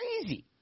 crazy